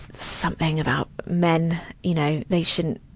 something about men, you know. they shouldn't,